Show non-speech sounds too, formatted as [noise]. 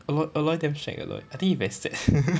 aloy aloy damn shag aloy I think he very sad [laughs]